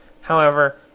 However